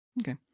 Okay